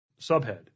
Subhead